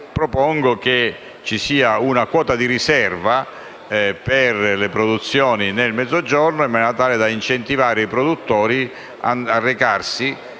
propongo che ci sia una quota di riserva per le produzioni nel Mezzogiorno, in maniera tale da incentivare i produttori a recarsi